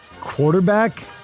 quarterback